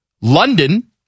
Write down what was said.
London